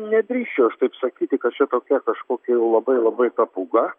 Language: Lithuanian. nedrįsčiau aš taip sakyti kad čia tokia kažkokia jau labai labai ta pūga